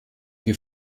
wie